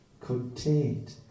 contained